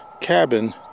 cabin